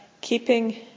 Keeping